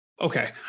Okay